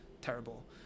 terrible